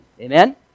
Amen